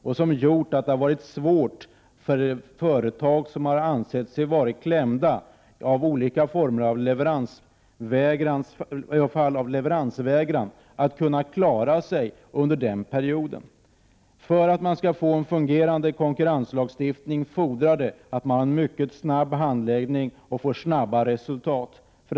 Det har gjort det svårt för företag som visat sig vara klämda av olika former av leveransvägran att kunna klara sig under den perioden. För att man skall få en fungerande konkurrenslagstiftning fordras en mycket snabb handläggning och snabba resultat.